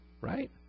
Right